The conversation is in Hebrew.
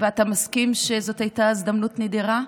ואתה מסכים שזאת הייתה הזדמנות נדירה?